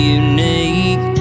unique